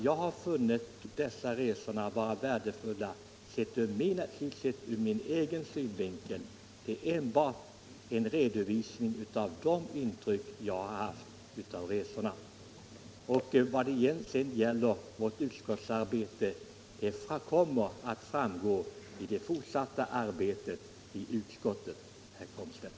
Jag har funnit dem vara värdefulla, sett ur min egen synvinkel. Det är alltså enbart fråga om en redovisning av de intryck jag själv har haft av resorna. Herr Komstedt vill ha ett exempel på resornas nytta för vårt utskotts arbete. Det kommer att framgår av det fortsatta arbetet i utskottet, herr Komstedt.